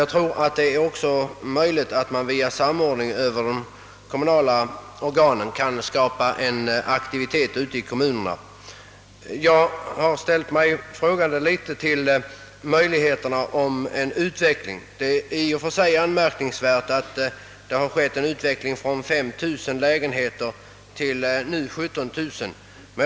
Jag tror det är möjligt att via samordning över de kommunala organen skapa en aktivitet ute i kommunerna. Jag har ofta funderat över utvecklingsmöjligheterna härvidlag. Det är i och för sig anmärkningsvärt att det skett en ökning av låneverksamheten från 5000 lägenheter årligen till nu cirka 17 000 lägenheter.